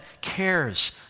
cares